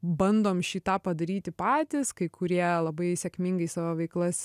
bandom šį tą padaryti patys kai kurie labai sėkmingai savo veiklas